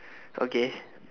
okay